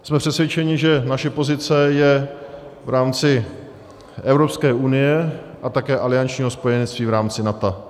Jsme přesvědčeni, že naše pozice je v rámci Evropské unie a také aliančního spojenectví v rámci NATO.